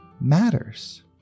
matters